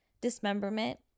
dismemberment